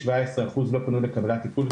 17% לא פנו לקבלת טיפול,